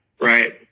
right